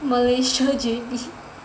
Malaysia J_B